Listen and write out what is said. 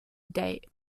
date